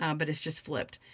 um but it's just flipped.